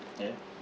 ya